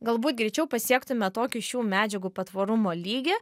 galbūt greičiau pasiektume tokį šių medžiagų patvarumo lygį